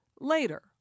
later